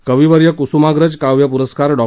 कविवर्य कुसुमाग्रज काव्य पुरस्कार डॉ